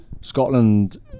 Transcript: scotland